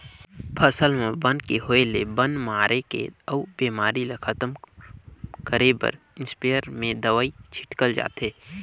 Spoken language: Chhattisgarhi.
फसल म बन के होय ले बन मारे के अउ बेमारी ल खतम करे बर इस्पेयर में दवई छिटल जाथे